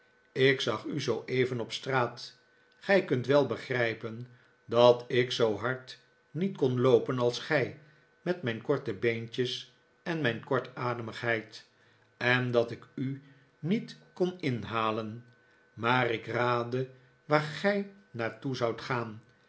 ik zag u zooeven op straat gij kunt wel begrijpen dat ik zoo hard niet kon loopen als gij met mijn kerte beentjes en mijn kortademigheid en dat ik u niet kon inhalen maar ik raadde waar gij naar toe zoudt gaan